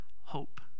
hope